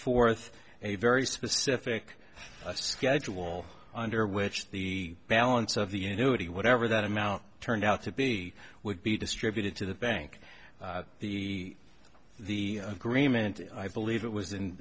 forth a very specific schedule under which the balance of the unity whatever that amount turned out to be would be distributed to the bank the the agreement i believe it was